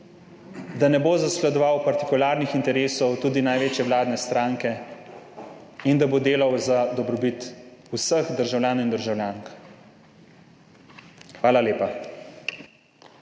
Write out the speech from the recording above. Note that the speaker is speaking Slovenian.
da ne bo zasledoval partikularnih interesov največje vladne stranke in da bo delal za dobrobit vseh državljanov in državljank. Hvala lepa.